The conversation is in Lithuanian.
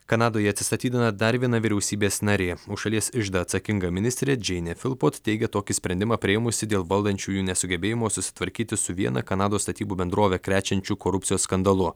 kanadoje atsistatydina dar viena vyriausybės narė šalies iždą atsakinga ministrė džeinė filpot teigia tokį sprendimą priėmusi dėl valdančiųjų nesugebėjimo susitvarkyti su viena kanados statybų bendrove krečiančiu korupcijos skandalu